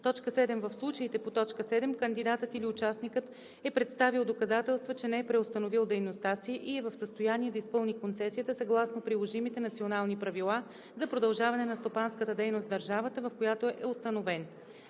в случаите по т. 7 кандидатът или участникът е представил доказателства, че не е преустановил дейността си и е в състояние да изпълни концесията съгласно приложимите национални правила за продължаване на стопанската дейност в държавата, в която е установен.“